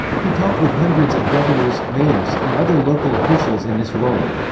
he talked with hundreds of governors, mayors, and other local officials in this role.